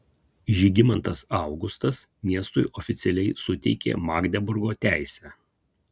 žygimantas augustas miestui oficialiai suteikė magdeburgo teisę